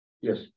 Yes